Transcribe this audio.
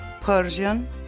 Persian